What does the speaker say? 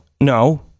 no